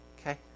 Okay